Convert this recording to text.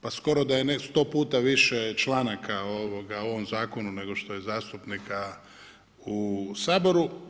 Pa skoro da je 100 puta više članaka u ovom zakonu nego što je zastupnika u Saboru.